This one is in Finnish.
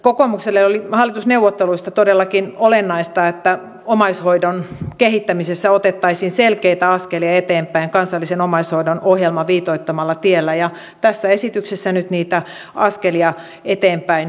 kokoomukselle oli hallitusneuvotteluissa todellakin olennaista että omaishoidon kehittämisessä otettaisiin selkeitä askelia eteenpäin kansallisen omaishoidon ohjelman viitoittamalla tiellä ja tässä esityksessä nyt niitä askelia eteenpäin otetaan